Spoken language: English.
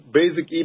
basic